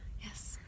Yes